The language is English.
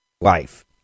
life